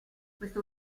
questo